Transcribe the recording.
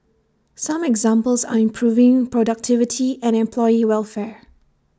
some examples are improving productivity and employee welfare